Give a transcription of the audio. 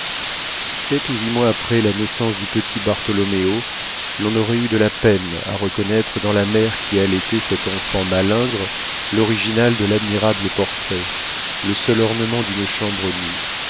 sept ou huit mois après la naissance du petit bartholoméo l'on aurait eu de la peine à reconnaître dans la mère qui allaitait cet enfant malingre l'original de l'admirable portrait le seul ornement d'une chambre nue